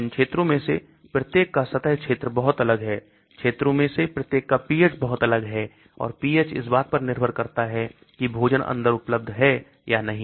अब इन क्षेत्रों में से प्रत्येक का सतह क्षेत्र बहुत अलग है क्षेत्रों में से प्रत्येक का pH बहुत अलग है और pH इस बात पर निर्भर करता है कि भोजन अंदर उपलब्ध है या नहीं